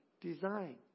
design